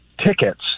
tickets